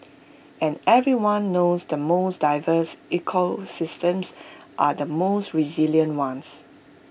and everyone knows the most diverse ecosystems are the most resilient ones